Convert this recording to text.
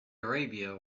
arabia